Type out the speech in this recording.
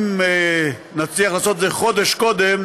אם נצליח לעשות את זה חודש קודם,